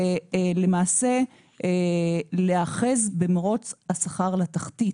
ולמעשה להיאחז במרוץ השכר לתחתית